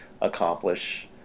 accomplish